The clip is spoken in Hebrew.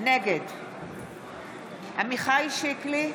נגד עמיחי שיקלי,